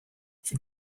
für